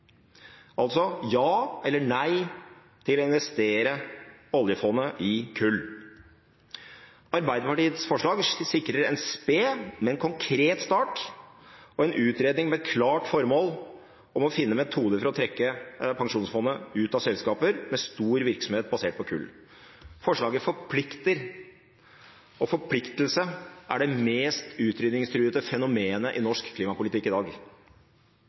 nei til å la oljefondet investere i kull. Arbeiderpartiets forslag sikrer en sped, men konkret start, og en utredning med et klart formål om å finne metoder for å trekke Pensjonsfondet ut av selskaper med stor virksomhet basert på kull. Forslaget forplikter, og forpliktelse er det mest utrydningstruede fenomenet i norsk klimapolitikk i dag.